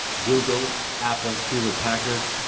google, apple, hewlett-packard,